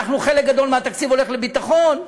חלק גדול מהתקציב הולך לביטחון.